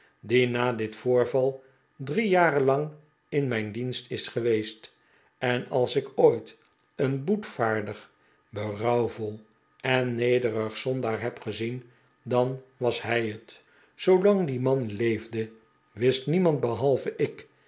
die na dit voorval drie jaar lang in mijn dienst is geweest en als ik ooit een boetvaardig berouwvol en nederig zondaar heb gezien dan was hij het zoojang die man leefde wist niemand behalve ik